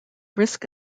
risk